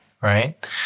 right